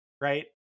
right